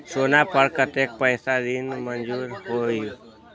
सोना पर कतेक पैसा ऋण मंजूर होलहु?